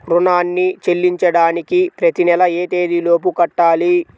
రుణాన్ని చెల్లించడానికి ప్రతి నెల ఏ తేదీ లోపు కట్టాలి?